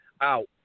out